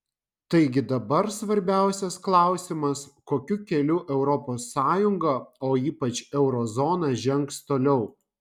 taigi dabar svarbiausias klausimas kokiu keliu europos sąjunga o ypač euro zona žengs toliau